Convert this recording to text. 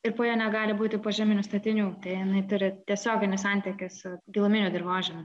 ir po ja negali būti požeminių statinių tai jinai turi tiesioginį santykį su giluminiu dirvožemiu